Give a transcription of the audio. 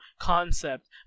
concept